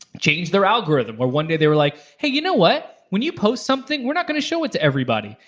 change their algorithm where one day they were like, hey, you know what, when you post something, we're not gonna show it to everybody.